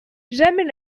jamais